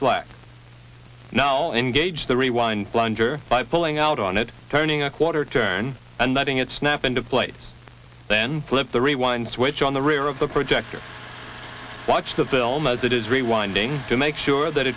slack now engage the rewind blunder by pulling out on it turning a quarter turn and letting it snap into place then flip the rewind switch on the rear of the projector watch the film as it is rewinding to make sure that